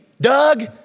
Doug